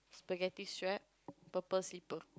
spaghetti strap purple slipper